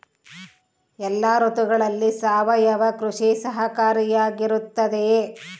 ಎಲ್ಲ ಋತುಗಳಲ್ಲಿ ಸಾವಯವ ಕೃಷಿ ಸಹಕಾರಿಯಾಗಿರುತ್ತದೆಯೇ?